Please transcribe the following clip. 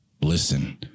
listen